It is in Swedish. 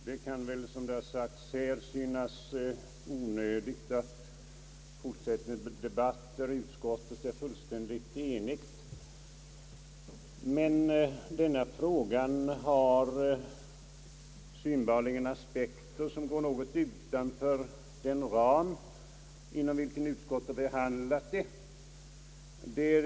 Herr talman! Det kan som det har sagts synas onödigt att fortsätta en debatt där utskottet är fullständigt enigt. Men denna fråga har synbarligen aspekter som går något utanför den ram inom vilket utskottet behandlat den.